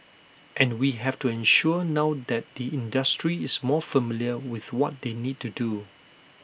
and we have to ensure now that the industry is more familiar with what they need to do